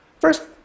First